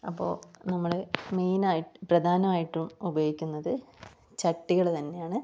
അപ്പോൾ നമ്മള് മെയ്നായിട്ട് പ്രധാനമായിട്ടും ഉപയോഗിക്കുന്നത് ചട്ടികള് തന്നെയാണ്